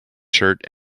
shirt